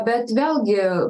bet vėlgi